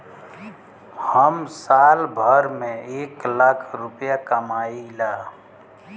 हम साल भर में एक लाख रूपया कमाई ला